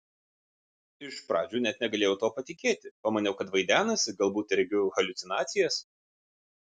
iš pradžių net negalėjau tuo patikėti pamaniau kad vaidenasi galbūt regiu haliucinacijas